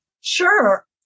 Sure